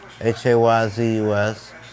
H-A-Y-Z-U-S